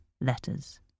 letters